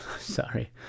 Sorry